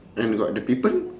and got the people